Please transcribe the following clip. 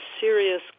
serious